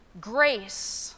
grace